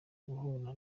guhura